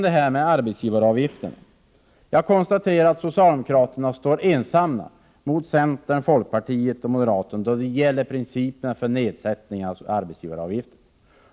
Beträffande arbetsgivaravgiften konstaterar jag att socialdemokraterna står ensamma mot centern, folkpartiet och moderaterna då det gäller principerna för nedsättning av denna avgift.